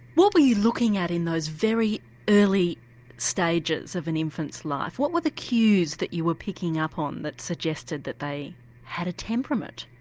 what were you looking at in those very early stages of an infant's life, what were the cues that you were picking up on that suggested that they had a temperament?